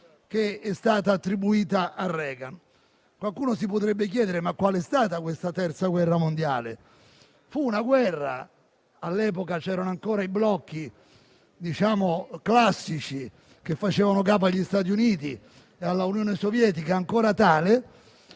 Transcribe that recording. che è stata attribuita a Reagan. Qualcuno si potrebbe chiedere quale sia stata questa Terza guerra mondiale. Fu una guerra. All'epoca c'erano ancora i blocchi classici che facevano capo agli Stati Uniti e all'Unione Sovietica, che era ancora tale.